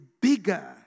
bigger